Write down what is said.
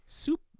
soup